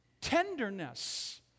tenderness